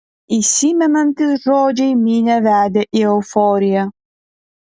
įsimenantys žodžiai minią vedė į euforiją